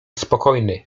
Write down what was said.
spokojny